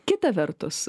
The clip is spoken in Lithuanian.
kita vertus